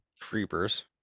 creepers